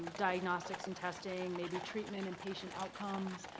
diagnostics and testing, maybe treatment and patient outcomes.